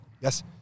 yes